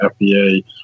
FBA